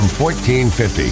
1450